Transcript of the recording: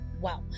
wow